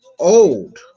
Old